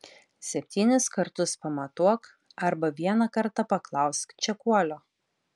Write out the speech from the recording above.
septynis kartus pamatuok arba vieną kartą paklausk čekuolio